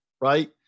right